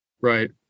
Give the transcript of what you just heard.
Right